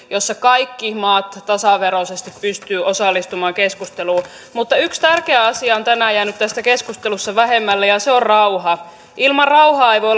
joissa kaikki maat tasaveroisesti pystyvät osallistumaan keskusteluun mutta yksi tärkeä asia on tänään jäänyt tässä keskustelussa vähemmälle ja se on rauha ilman rauhaa ei voi